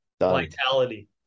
Vitality